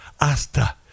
hasta